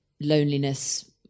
loneliness